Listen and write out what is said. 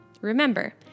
Remember